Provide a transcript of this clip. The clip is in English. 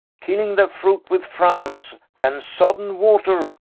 killing their fruit with frownes. can sodden water,